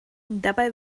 dabei